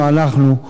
אנחנו,